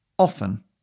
often